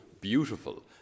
beautiful